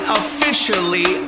officially